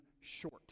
short